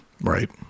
Right